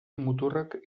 muturrak